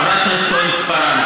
חברת הכנסת כהן-פארן,